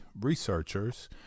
researchers